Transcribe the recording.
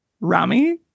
Rami